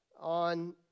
on